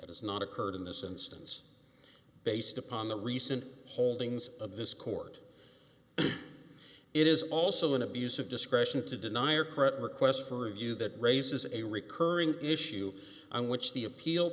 has not occurred in this instance based upon the recent holdings of this court it is also an abuse of discretion to deny or correct requests for review that raises a recurring issue on which the appeal